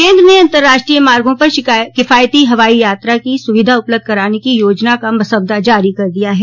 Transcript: केन्द्र ने अंतरराष्ट्रीय मार्गों पर किफायती हवाई यात्रा की सुविधा उपलब्ध कराने की योजना का मसौदा जारी कर दिया है